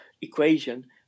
equation